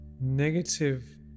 Negative